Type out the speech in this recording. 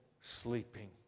sleeping